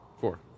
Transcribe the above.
Four